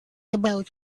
about